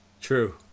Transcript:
True